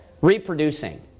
Reproducing